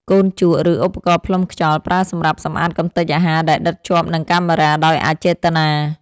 កូនជក់ ឬឧបករណ៍ផ្លុំខ្យល់ ប្រើសម្រាប់សម្អាតកម្ទេចអាហារដែលដិតជាប់នឹងកាមេរ៉ាដោយអចេតនា។